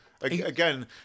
again